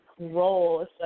role